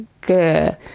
good